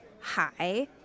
hi